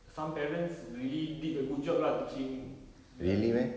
some parents really did a good job lah teaching their kids